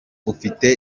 ufite